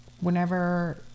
whenever